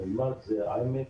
ואל-מרג' זה עמק